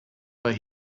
but